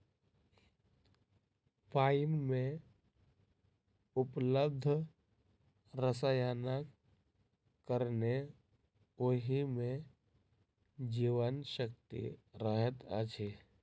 पाइन मे उपलब्ध रसायनक कारणेँ ओहि मे जीवन शक्ति रहैत अछि